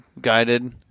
guided